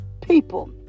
people